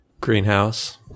Greenhouse